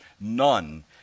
none